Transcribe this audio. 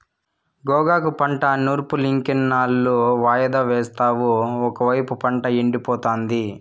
గోగాకు పంట నూర్పులింకెన్నాళ్ళు వాయిదా యేస్తావు ఒకైపు పంట ఎండిపోతాంది